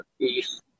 east